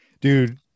Dude